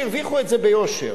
שהרוויחו את זה ביושר.